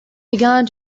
began